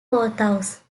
courthouse